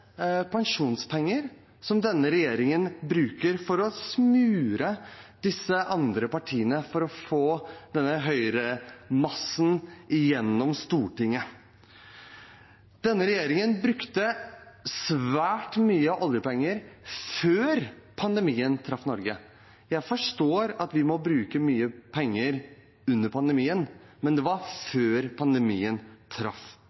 pensjonspenger som denne regjeringen bruker for å smøre de andre partiene for å få denne høyremassen gjennom Stortinget. Denne regjeringen brukte svært mye oljepenger før pandemien traff Norge. Jeg forstår at vi må bruke mye penger under pandemien, men det skjedde også før pandemien traff